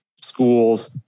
schools